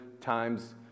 times